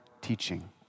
teaching